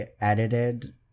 edited